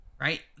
right